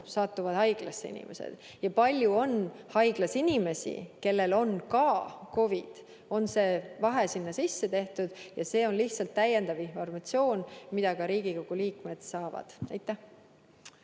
satuvad haiglasse ja kui palju on haiglas inimesi, kellel on ka COVID, on see vahe sisse tehtud. Ja see on lihtsalt täiendav informatsioon, mida ka Riigikogu liikmed saavad. Aitäh!